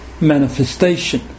manifestation